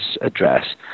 address